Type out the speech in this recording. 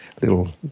little